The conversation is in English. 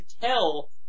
tell